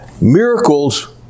miracles